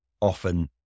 often